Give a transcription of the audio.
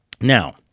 Now